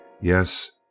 Yes